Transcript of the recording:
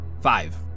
Five